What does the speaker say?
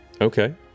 Okay